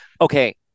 okay